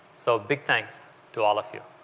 so big thanks to all of you.